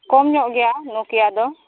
ᱠᱚᱢ ᱧᱚᱜ ᱜᱮᱭᱟ ᱱᱳᱠᱤᱭᱟ ᱫᱚ